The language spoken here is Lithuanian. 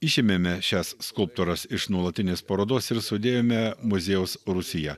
išėmėme šias skulptūras iš nuolatinės parodos ir sudėjome muziejaus rūsyje